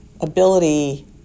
ability